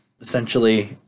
essentially